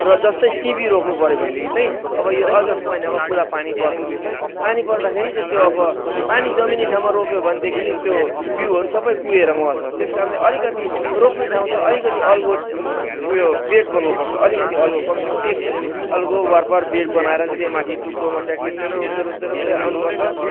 र जस्तै सिमी रोप्नु पऱ्यो भनेदेखि चाहिँ अब यो अगस्ट महिनामा पुरा पानी पर्छ पानी पर्दाखेरि चाहिँ त्यो अब पानी जमिने ठाँउमा रोप्यो भनेदेखि त्यो बिउहरू सबै कुहिएर मर्छ त्यस कारणले अलिकति रोप्ने ठाँउ चाहिँ अलिकति अल्गो उयो बेड गर्नुपर्छ अलिकति अल्गो कम से कम एक फिट अल्गो वरपर बेड बनाएर चाहिँ त्यहाँ माथि टुप्पोमा ट्याक ट्याक ट्याक रोप्दै रोप्दै रोप्दै आउनु पर्छ